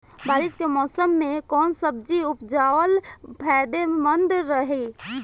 बारिश के मौषम मे कौन सब्जी उपजावल फायदेमंद रही?